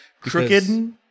crooked